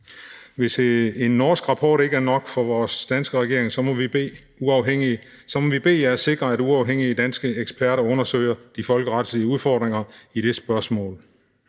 hvis en norsk rapport ikke er nok for vores danske regering, må vi bede jer sikre, at uafhængige danske eksperter undersøger de folkeretslige udfordringer i det spørgsmål.